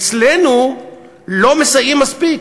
אצלנו לא מסייעים מספיק.